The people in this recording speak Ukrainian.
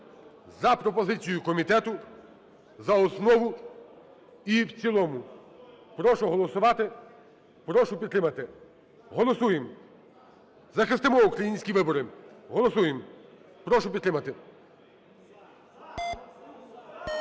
за пропозицією комітету за основу і в цілому. Прошу голосувати, прошу підтримати. Голосуємо. Захистимо українські вибори. Голосуємо. Прошу підтримати.